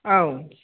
औ